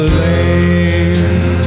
lane